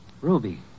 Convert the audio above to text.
Ruby